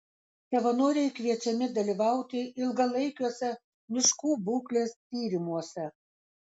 savanoriai kviečiami dalyvauti ilgalaikiuose miškų būklės tyrimuose